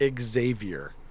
Xavier